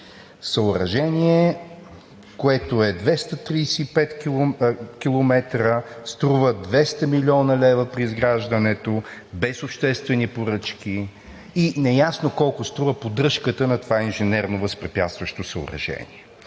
Съоръжение, което е 235 км, струва 200 млн. лв. при изграждането, без обществени поръчки и неясно колко струва поддръжката на това инженерно възпрепятстващо съоръжение.